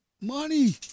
money